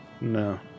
No